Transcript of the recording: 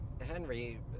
Henry